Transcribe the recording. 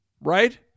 Right